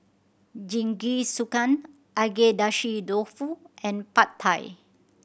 Jingisukan Agedashi Dofu and Pad Thai